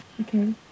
Okay